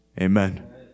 Amen